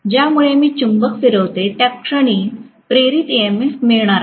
ज्यावेळी मी चुंबक फिरवते त्या क्षणी प्रेरित ईएमएफ मिळणार आहे